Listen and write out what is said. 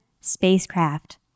spacecraft